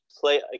play